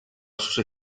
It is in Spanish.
sus